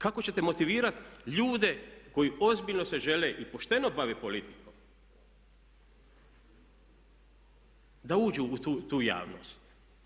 Kako ćete motivirat ljude koji ozbiljno se žele i pošteno bavit politikom da uđu u tu javnost?